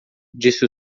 disse